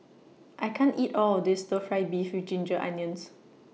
I can't eat All of This Stir Fry Beef with Ginger Onions